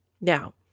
Now